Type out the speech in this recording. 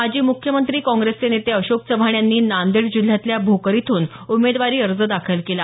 माजी मुख्यमंत्री काँप्रेसचे नेते अशोक चव्हाण यांनी नांदेड जिल्ह्यातल्या भोकर इथून उमेदवारी अर्ज दाखल केला